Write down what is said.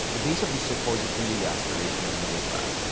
the base of his support is really the aspirational middle class.